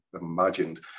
imagined